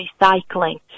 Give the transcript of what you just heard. recycling